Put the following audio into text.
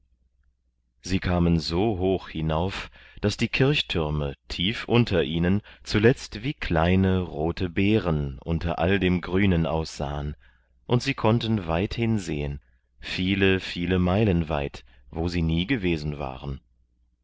sie kamen so hoch hinauf daß die kirchthürme tief unter ihnen zuletzt wie kleine rote beeren unten in all dem grünen aussahen und sie konnten weit hin sehen viele viele meilen weit wo sie nie gewesen waren